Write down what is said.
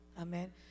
Amen